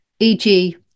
EG